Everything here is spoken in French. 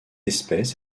espèce